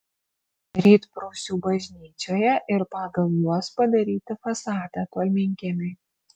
rytprūsių bažnyčioje ir pagal juos padaryti fasadą tolminkiemiui